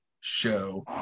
show